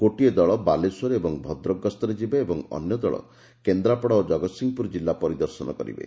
ଗୋଟିଏ ଦଳ ବାଲେଶ୍ୱର ଏବଂ ଭଦ୍ରକ ଗ୍ଡରେ ଯିବେ ଏବଂ ଅନ୍ୟ ଦଳ କେନ୍ଦ୍ରାପଡ଼ା ଓ ଜଗତସିଂହପୁର ଜିଲ୍ଲା ପରିଦର୍ଶନ କରିବେ